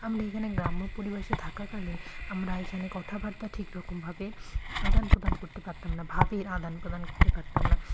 আমরা এখানে গ্রাম্য পরিবেশে থাকাকালীন আমরা এখানে কথাবার্তা ঠিক রকমভাবে আদান প্রদান করতে পারতাম না ভাবের আদান প্রদান করতে পারতাম না